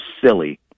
silly